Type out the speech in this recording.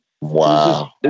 Wow